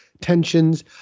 tensions